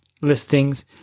listings